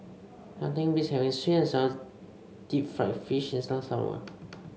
nothing beats having sweet and sour Deep Fried Fish in the summer